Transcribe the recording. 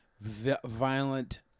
violent